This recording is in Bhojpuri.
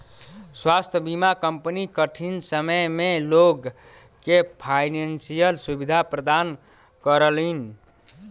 स्वास्थ्य बीमा कंपनी कठिन समय में लोग के फाइनेंशियल सुविधा प्रदान करलीन